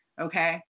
Okay